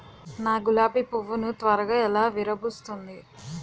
నా గులాబి పువ్వు ను త్వరగా ఎలా విరభుస్తుంది?